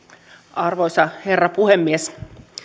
arvoisa herra puhemies